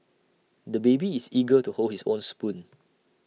the baby is eager to hold his own spoon